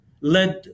led